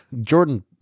jordan